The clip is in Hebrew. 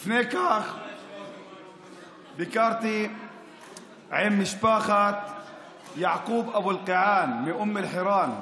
לפני כן ביקרתי עם משפחת יעקוב אבו אלקיעאן מאום אל-חיראן,